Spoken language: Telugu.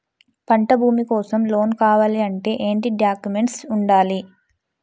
పంట భూమి కోసం లోన్ కావాలి అంటే ఏంటి డాక్యుమెంట్స్ ఉండాలి?